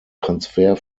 transfer